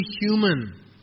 human